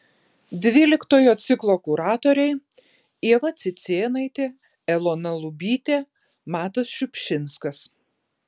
dvyliktojo ciklo kuratoriai ieva cicėnaitė elona lubytė matas šiupšinskas